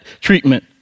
treatment